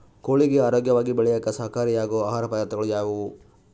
ಕೋಳಿಗೆ ಆರೋಗ್ಯವಾಗಿ ಬೆಳೆಯಾಕ ಸಹಕಾರಿಯಾಗೋ ಆಹಾರ ಪದಾರ್ಥಗಳು ಯಾವುವು?